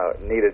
needed